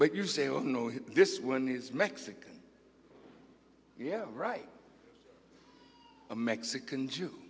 but you say oh no this one is mexican yeah right a mexican